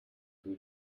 who